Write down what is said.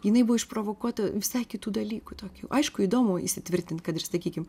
jinai buvo išprovokuota visai kitų dalykų tokių aišku įdomu įsitvirtint kad ir sakykim